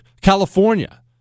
California